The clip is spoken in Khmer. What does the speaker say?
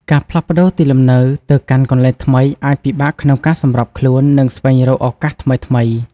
ការផ្លាស់ប្តូរទីលំនៅទៅកាន់កន្លែងថ្មីអាចពិបាកក្នុងការសម្របខ្លួន និងស្វែងរកឱកាសថ្មីៗ។